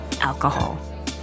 alcohol